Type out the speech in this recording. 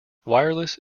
wireless